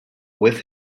with